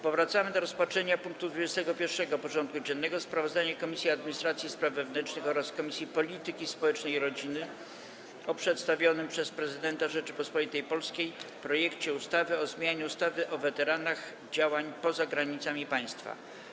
Powracamy do rozpatrzenia punktu 21. porządku dziennego: Sprawozdanie Komisji Administracji i Spraw Wewnętrznych oraz Komisji Polityki Społecznej i Rodziny o przedstawionym przez Prezydenta Rzeczypospolitej Polskiej projekcie ustawy o zmianie ustawy o weteranach działań poza granicami państwa.